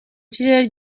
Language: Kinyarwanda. kirere